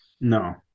no